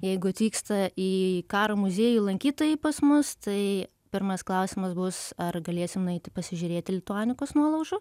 jeigu atvyksta į karo muziejų lankytojai pas mus tai pirmas klausimas bus ar galėsim nueiti pasižiūrėti lituanikos nuolaužų